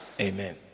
Amen